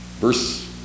Verse